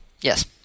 Yes